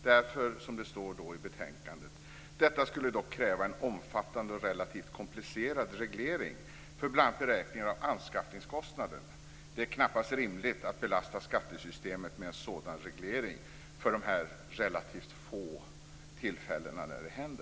Det står i betänkandet: "Detta skulle dock kräva en omfattande och relativt komplicerad reglering för bl.a. beräkning av anskaffningskostnad. - det knappast är rimligt att belasta skattesystemet med en sådan reglering för det relativt få fall" där detta kommer hända.